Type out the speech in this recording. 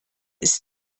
ist